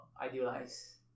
idealize